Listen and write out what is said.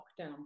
lockdown